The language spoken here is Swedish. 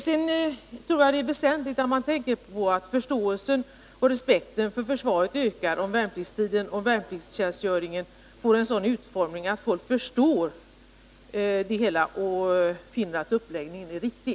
Jagtror det är väsentligt att man tänker på att förståelsen och respekten för försvaret ökar, om värnpliktstjänstgöringen får en sådan utformning att folk begriper det hela och finner att uppläggningen är riktig.